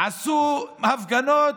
עשו הפגנות,